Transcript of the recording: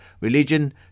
religion